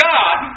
God